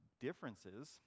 differences